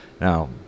Now